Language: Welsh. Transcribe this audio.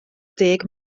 deg